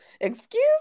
excuse